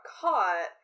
caught